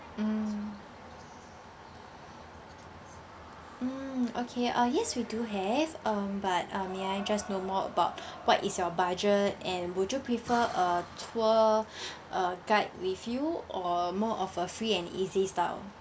mm mm okay uh yes we do have um but um may I just know more about what is your budget and would you prefer a tour uh guide with you or more of a free and easy style